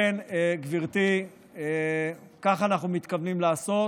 לכן, גברתי, כך אנחנו מתכוונים לעשות.